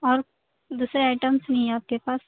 اور دوسرے آئٹمس نہیں ہیں آپ کے پاس